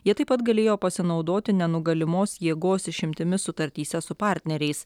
jie taip pat galėjo pasinaudoti nenugalimos jėgos išimtimis sutartyse su partneriais